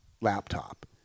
laptop